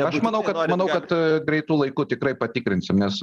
aš manau kad manau kad greitu laiku tikrai patikrinsim nes